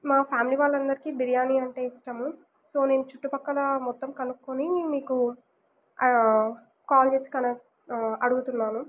మా ఫ్యామిలీ వాళ్ళందరికీ బిర్యానీ అంటే ఇష్టము సో నేను చుట్టుపక్కల మొత్తం కనుక్కొని మీకు కాల్ చేసి క అడుగుతున్నాను